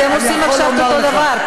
אתם עושים עכשיו את אותו דבר.